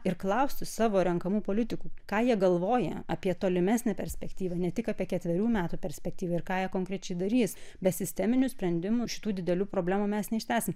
ir klausti savo renkamų politikų ką jie galvoja apie tolimesnę perspektyvą ne tik apie ketverių metų perspektyvą ir ką konkrečiai darys be sisteminių sprendimų šitų didelių problemų mes neišspręsim